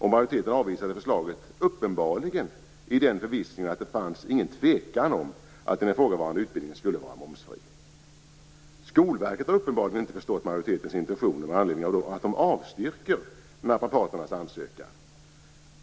Majoriteten avvisade förslaget, uppenbarligen i den förvissningen att det inte fanns någon tvekan om att den ifrågavarande utbildningen skulle vara momsfri. Skolverket har uppenbarligen inte förstått majoritetens intentioner med anledning av att de avstyrker naprapaternas ansökan.